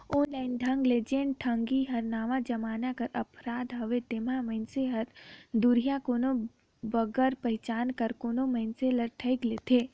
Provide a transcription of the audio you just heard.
online ढंग ले जेन ठगी हर नावा जमाना कर अपराध हवे जेम्हां मइनसे हर दुरिहां कोनो बिगर पहिचान कर कोनो मइनसे ल ठइग लेथे